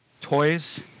Toys